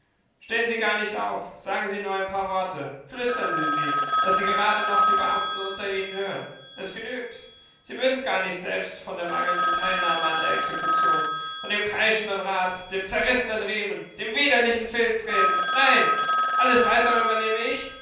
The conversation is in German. stehen sie gar nicht auf sagen sie nur ein paar worte flüstern sie sie daß sie gerade noch die beamten unter ihnen hören es genügt sie müssen gar nicht selbst von der mangelnden teilnahme an der exekution von dem kreischenden rad dem zerrissenen riemen dem widerlichen filz reden nein alles weitere übernehme ich